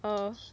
err